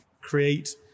create